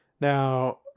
Now